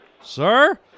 Sir